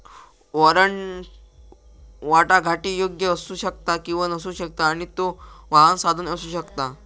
warrant वाटाघाटीयोग्य असू शकता किंवा नसू शकता आणि त्यो वाहक साधन असू शकता